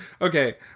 Okay